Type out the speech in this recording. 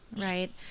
right